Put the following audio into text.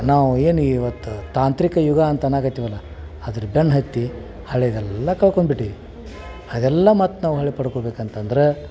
ನಾವು ಏನು ಇವತ್ತು ತಾಂತ್ರಿಕ ಯುಗ ಅಂತ ಅನ್ನಕತ್ತಿವಲ್ಲ ಅದ್ರ ಬೆನ್ನು ಹತ್ತಿ ಹಳೆಯದೆಲ್ಲ ಕಳ್ಕೊಂಡ್ಬಿಟ್ಟಿವಿ ಅದೆಲ್ಲ ಮತ್ತು ನಾವು ಹೊರ್ಳಿ ಪಡ್ಕೊಬೇಕಂತಂದರೆ